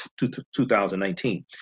2019